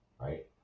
right